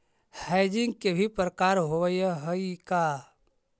Hedging के भी प्रकार होवअ हई का?